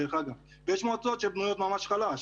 דרך אגב ויש מועצות שבנויות ממש חלש.